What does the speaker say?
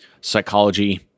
psychology